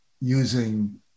using